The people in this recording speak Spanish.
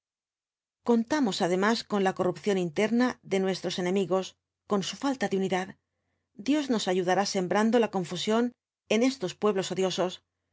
contamos además con la corrupción interna de mmestros enemigos on su falta de unidad dios nos ayudará sembrando la confusión en estos pueblos odiosos